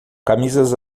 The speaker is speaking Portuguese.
camisas